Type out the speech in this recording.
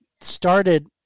started